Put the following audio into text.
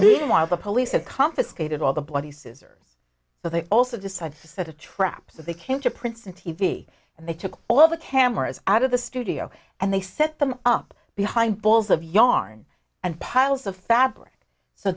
mean while the police have confiscated all the bloody scissors but they also decided to set a trap so they came to princeton t v and they took all of the cameras out of the studio and they set them up behind balls of yarn and piles of fabric so